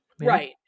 Right